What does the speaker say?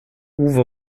uwe